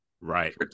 Right